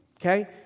Okay